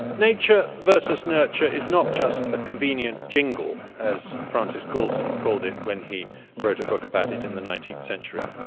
nature versus nurture is not just a convenient jingle, as francis galton called it when he wrote a book about it in the nineteenth century,